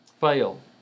fail